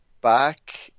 back